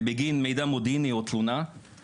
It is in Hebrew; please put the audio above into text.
בגין מידע מודיעיני או תלונה.